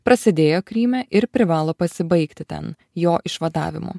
prasidėjo kryme ir privalo pasibaigti ten jo išvadavimu